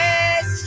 Yes